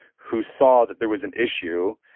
who saw that there was an issue,